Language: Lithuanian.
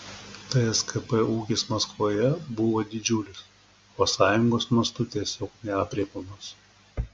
tskp ūkis maskvoje buvo didžiulis o sąjungos mastu tiesiog neaprėpiamas